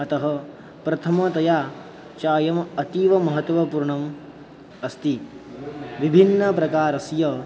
अतः प्रथमतया चायम् अतीवमहत्त्वपूर्णम् अस्ति विभिन्नप्रकारस्य